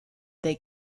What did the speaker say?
they